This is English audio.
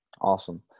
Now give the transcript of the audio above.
Awesome